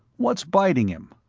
what's biting him?